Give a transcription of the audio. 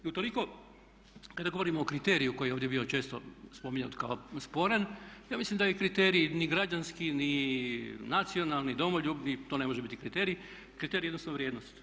I utoliko kada govorimo o kriteriju koji je ovdje bio često spominjan kao sporan ja mislim da kriteriji ni građanski ni nacionalni, domoljubni to ne može biti kriterij, kriterij je jednostavno vrijednost.